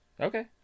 Okay